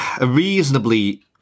reasonably